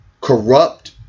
corrupt